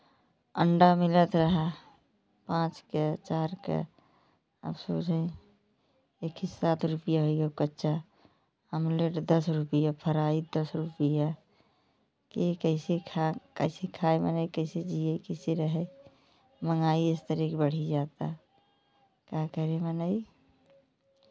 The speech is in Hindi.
अंडा मिलता रहा पाँच का चार का अब सोझे एक ही सात रुपया हो गया कच्चा अमलेड दस रुपये फराई दस रुपये यह कैसे खा कैसे खाए मने कैसे जीए कैसे रहे महँगाई इस तरे की बढ़ी जाता का करे मने